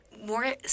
more